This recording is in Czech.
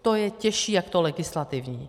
To je těžší jak to legislativní.